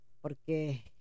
porque